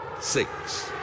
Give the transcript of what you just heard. six